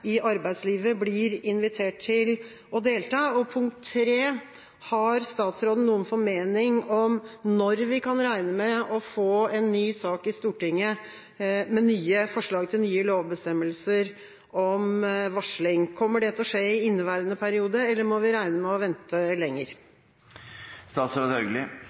i arbeidslivet blir invitert til å delta? Punkt 3: Har statsråden noen formening om når vi kan regne med å få en ny sak i Stortinget, med forslag til nye lovbestemmelser om varsling? Kommer det til å skje i inneværende periode, eller må vi regne med å vente